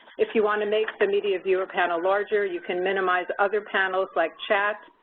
if you want to make the media viewer panel larger, you can minimize other panels like chat,